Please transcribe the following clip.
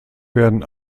werden